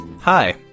Hi